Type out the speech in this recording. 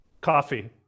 coffee